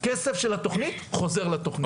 כסף של התכנית חוזר לתכנית.